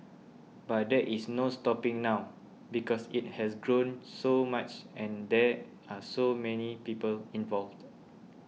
but there is no stopping now because it has grown so much and there are so many people involved